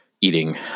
eating